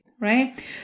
right